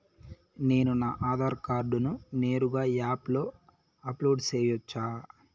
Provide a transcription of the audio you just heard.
నేను నా ఆధార్ కార్డును నేరుగా యాప్ లో అప్లోడ్ సేయొచ్చా?